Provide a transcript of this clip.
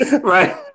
right